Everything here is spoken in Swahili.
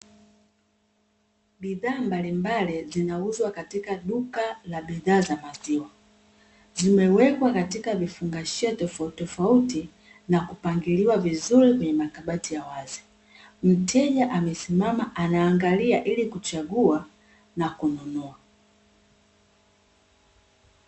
Bidhaa mbalimbali zinauzwa katika duka la bidhaa za maziwa, zimewekwa katika vifungashio tofautitofauti na kupangiliwa vizuri kwenye makabati ya wazi. Mteja amesimama anaangalia ili kuchagua na kununua.